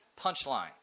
punchline